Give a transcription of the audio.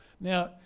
Now